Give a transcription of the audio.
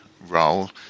role